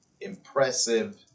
impressive